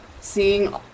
seeing